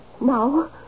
now